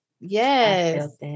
Yes